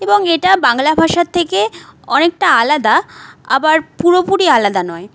এবং এটা বাংলা ভাষার থেকে অনেকটা আলাদা আবার পুরোপুরি আলাদা নয়